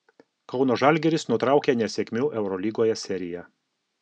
kauno žalgiris nutraukė nesėkmių eurolygoje seriją